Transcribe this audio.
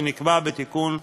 שנקבע בתיקון מס'